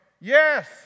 yes